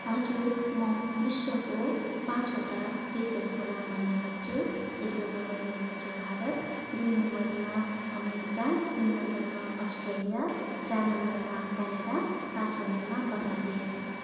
हजुर म विश्वको पाँचवटा देशहरूको नाम भन्न सक्छु एक नम्बरमा रहेको छ भारत दुई नम्बरमा अमेरिका तिन नम्बरमा अस्ट्रेलिया चार नम्बरमा क्यानडा पाँच नम्बरमा बाङ्ग्लादेश